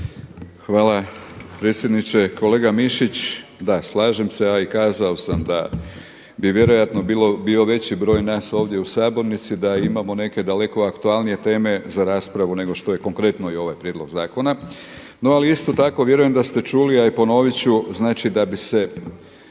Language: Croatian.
Hvala predsjedniče. Kolega Mišić, da slažem se a i kazao sam da bi vjerojatno bio veći broj nas ovdje u sabornici da imamo neke daleko aktualnije teme za raspravu nego što je konkretno i ovaj prijedlog zakona. Na ali isto tako, vjerujem da ste čuli a i ponoviti ću, znači da bi se